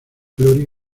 glory